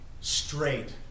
straight